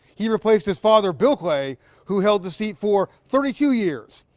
he replaced his father bill clay who held the seat for thirty two years.